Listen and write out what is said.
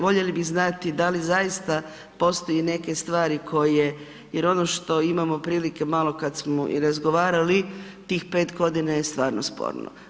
Voljeli bi znati da li zaista postoje neke stvari koje, jer ono što imamo prilike malo i kad smo i razgovarali tih 5 godina je stvarno sporno.